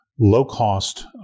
low-cost